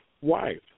wife